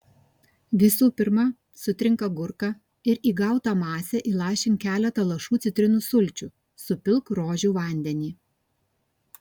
visų pirma sutrink agurką ir į gautą masę įlašink keletą lašų citrinų sulčių supilk rožių vandenį